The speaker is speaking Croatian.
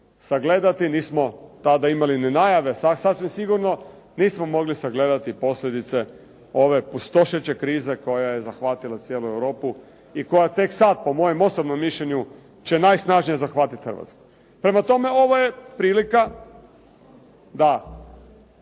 sagledati, nismo tada imali ni najave, sasvim sigurno nismo mogli sagledati posljedice ove pustošeće krize koja je zahvatila cijelu Europu i koja tek sad po mojem osobnom mišljenju će najsnažnije zahvatiti Hrvatsku. Prema tome, ovo je prilika da